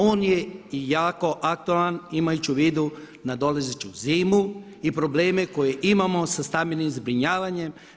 On je i jako aktualan imajući u vidu nadolazeću zimu i probleme koje imamo sa stambenim zbrinjavanjem.